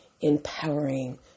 empowering